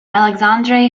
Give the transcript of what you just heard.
alexandre